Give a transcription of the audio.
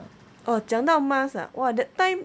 oh 讲到 mask ah !wah! that time